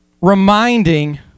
reminding